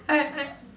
I I